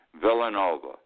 villanova